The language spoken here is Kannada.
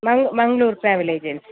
ಮಂ ಮಂಗಳೂರ್ ಟ್ರಾವೆಲ್ ಏಜನ್ಸಿ